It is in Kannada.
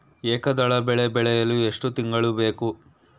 ಏಕದಳ ಬೆಳೆ ಬೆಳೆಯಲು ಎಷ್ಟು ತಿಂಗಳು ಬೇಕು?